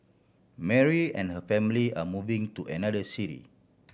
Mary and her family are moving to another city